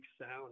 sound